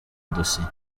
dosiye